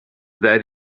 that